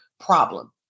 problem